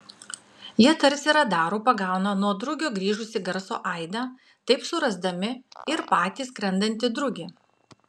jie tarsi radaru pagauna nuo drugio grįžusį garso aidą taip surasdami ir patį skrendantį drugį